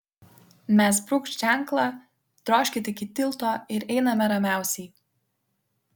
mes brūkšt ženklą drožkit iki tilto ir einame ramiausiai